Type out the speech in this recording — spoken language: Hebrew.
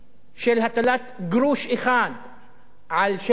של הטלת גרוש אחד על שדמי